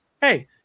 hey